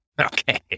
Okay